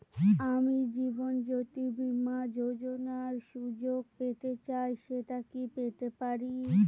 আমি জীবনয্যোতি বীমা যোযোনার সুযোগ পেতে চাই সেটা কি পেতে পারি?